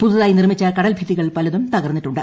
പുതുതായി നിർമിച്ച കടൽഭിത്തികൾ പലതും തകർന്നിട്ടുണ്ട്